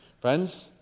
Friends